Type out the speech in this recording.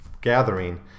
gathering